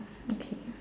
okay